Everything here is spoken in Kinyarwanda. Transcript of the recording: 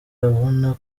abona